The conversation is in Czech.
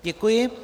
Děkuji.